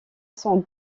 sans